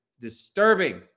disturbing